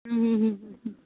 ਹੁੰ ਹੁੰ ਹੁੰ ਹੁੰ ਹੁੰ